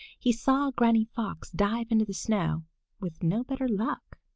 he saw granny fox dive into the snow with no better luck.